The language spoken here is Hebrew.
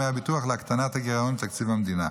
מהביטוח להקטנת הגירעון בתקציב המדינה.